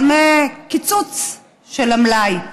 אבל מקיצוץ של המלאי.